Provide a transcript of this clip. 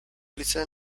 listen